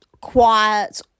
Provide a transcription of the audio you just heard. quiet